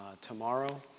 tomorrow